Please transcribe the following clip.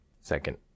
Second